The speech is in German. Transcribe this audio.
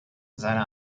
seine